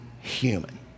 human